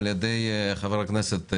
בראשות חבר הכנסת גפני.